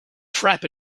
trap